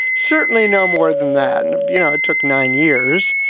certainly no more than that. and, you know, it took nine years.